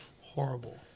Horrible